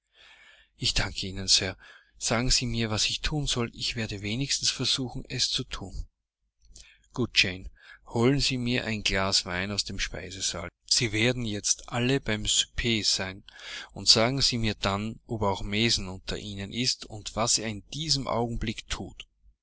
ich danke ihnen sir sagen sie mir was ich thun soll ich werde wenigstens versuchen es zu thun gut jane holen sie mir ein glas wein aus dem speisesaal sie werden jetzt alle beim souper sein und sagen sie mir dann ob auch mason unter ihnen ist und was er in diesem augenblick thut